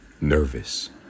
Nervous